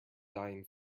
dying